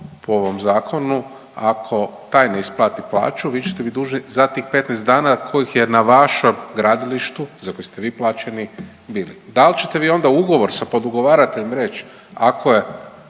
po ovom zakonu ako taj ne isplati plaću vi ćete biti dužni za tih 15 dana kojih je na vašem gradilištu, za koji ste vi plaćeni bili. Da li ćete vi onda ugovor sa podugovarateljem reći ako je